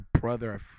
brother